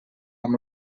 amb